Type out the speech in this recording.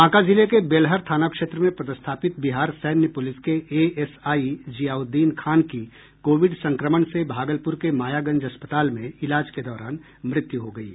बांका जिले के बेलहर थाना क्षेत्र में पदस्थापित बिहार सैन्य पुलिस के एएसआई जिआउद्दीन खान की कोविड संक्रमण से भागलपुर के मायागंज अस्पताल में इलाज को दौरान मृत्यु हो गयी